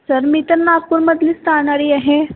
sir मी तर नागपूरमधलीच राहणारी आहे